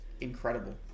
incredible